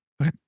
Okay